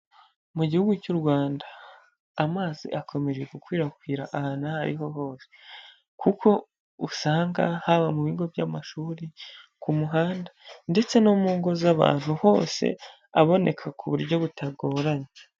Mu Gihugu cy'u Rwanda. Amazi akomeje gukwirakwira ahantu aho ari ho hose. Kuko usanga haba mu bigo by'amashuri, ku muhanda ndetse no mu ngo z'abantu hose aboneka ku buryo butagoranye.